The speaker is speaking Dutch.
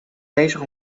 bezig